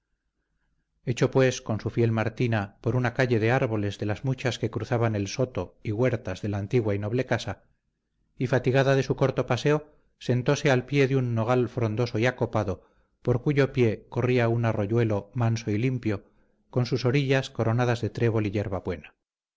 echó pues con su fiel martina por una calle de árboles de las muchas que cruzaban el soto y huertas de la antigua y noble casa y fatigada de su corto paseo sentóse al pie de un nogal frondoso y acopado por cuyo pie corría un arroyuelo manso y limpio con sus orillas coronadas de trébol